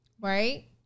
Right